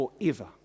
forever